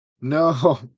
No